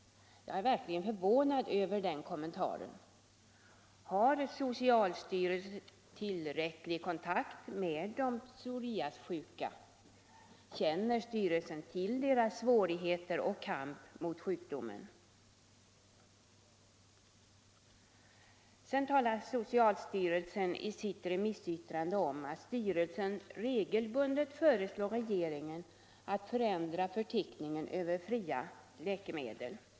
Jag är verkligen förvånad över den kommentaren. Har socialstyrelsen tillräcklig kontakt med de psoriasissjuka? Känner styrelsen till deras svårigheter och kamp mot sjukdomen? Socialstyrelsen talar sedan i sitt remissyttrande om att styrelsen regelbundet föreslår regeringen att förändra förteckningen över fria läkemedel.